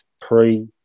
pre